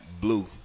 blue